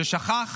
ששכח